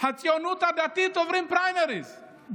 בציונות הדתית עוברים פריימריז,